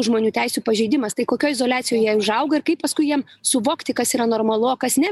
žmonių teisių pažeidimas tai kokioj izoliacijoj jie užaugo ir kaip paskui jiem suvokti kas yra normalu o kas ne